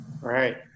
Right